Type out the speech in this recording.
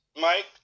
Mike